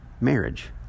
marriage